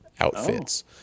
outfits